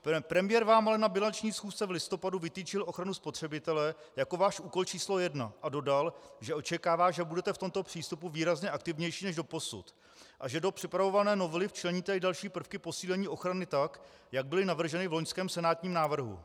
Pan premiér vám ale na bilanční schůzce v listopadu vytyčil ochranu spotřebitele jako váš úkol číslo 1 a dodal, že očekává, že budete v tomto přístupu výrazně aktivnější než doposud a že do připravované novely včleníte i další prvky posílení ochrany tak, jak byly navrženy v loňském senátním návrhu.